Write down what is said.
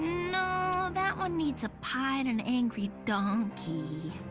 no, that one needs a pie and an angry donkey.